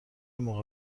موقع